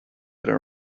their